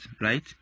right